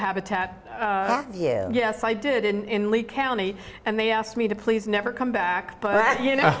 habitat yeah yes i did and lee county and they asked me to please never come back but you know